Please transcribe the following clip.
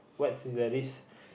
what is that risk